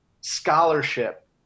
scholarship